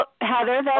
Heather